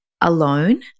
alone